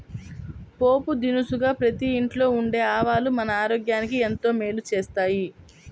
పోపు దినుసుగా ప్రతి ఇంట్లో ఉండే ఆవాలు మన ఆరోగ్యానికి ఎంతో మేలు చేస్తాయి